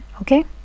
okay